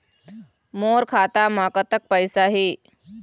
मोर खाता म कतक पैसा हे?